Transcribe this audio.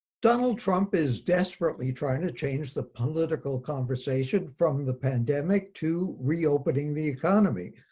donald trump is desperately trying to change the political conversation from the pandemic to reopening the economy.